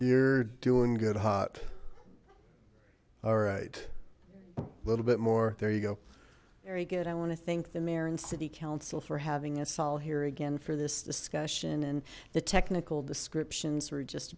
you're doing good hot alright a little bit more there you go very good i want to thank the mayor and city council for having us all here again for this discussion and the technical descriptions are just